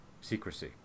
secrecy